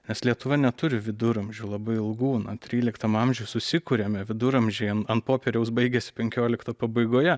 nes lietuva neturi viduramžių labai ilgų na tryliktam amžiuj susikuriame viduramžiai ant popieriaus baigiasi penkiolikto pabaigoje